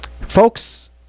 folks